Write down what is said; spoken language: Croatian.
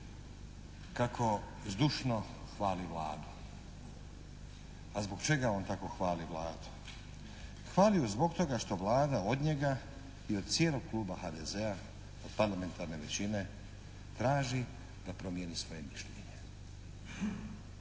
kako zdušno hvali Vladu. A zbog čega on tako hvali Vladu? Hvali ju zbog toga što Vlada od njega i od cijelog kluba HDZ-a, od parlamentarne većine, traži da promijeni svoje mišljenje.